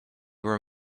were